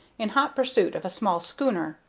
in hot pursuit of a small schooner.